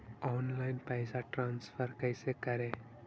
Online पैसा transfer कैसे करे?